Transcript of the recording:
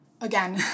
again